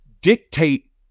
Dictate